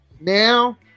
Now